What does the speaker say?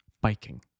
Biking